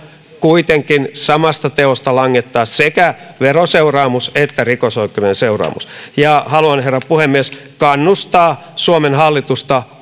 kuitenkin samasta teosta langettaa sekä veroseuraamus että rikosoikeudellinen seuraamus ja haluan herra puhemies kannustaa suomen hallitusta